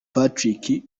patrick